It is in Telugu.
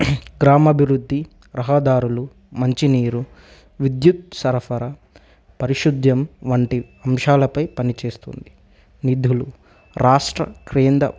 గ్రామాభివృద్ధి రహదారులు మంచినీరు విద్యుత్ సరఫరా పారిశుద్ధ్యం వంటి అంశాలపై పనిచేస్తుంది నిధులు రాష్ట్ర క్రేంద